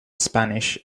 spanish